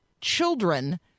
children